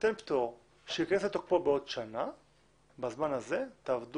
ניתן פטור שייכנס לתוקפו בעוד שנה ובזמן הזה תעבדו